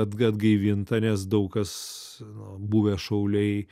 at atgaivinta nes daug kas buvę šauliai